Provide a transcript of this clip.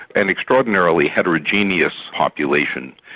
an extraordinarily heterogeneous population.